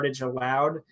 allowed